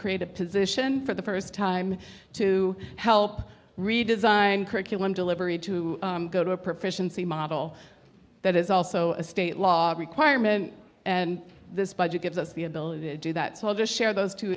create a position for the first time to help redesign curriculum delivery to go to a proficiency model that is also a state law requirement and this budget gives us the ability to do that so i'll just share those t